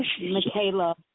Michaela